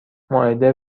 مائده